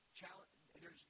challenge